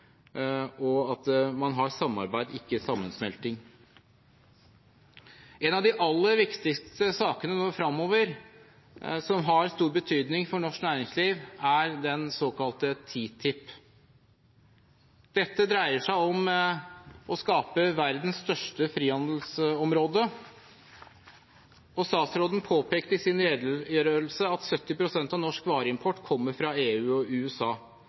og at man har samarbeid, ikke sammensmelting. En av de aller viktigste sakene fremover, som har stor betydning for norsk næringsliv, er den såkalte TTIP. Dette dreier seg om å skape verdens største frihandelsområde. Statsråden påpekte i sin redegjørelse at 70 pst. av norsk vareimport kommer fra EU og USA,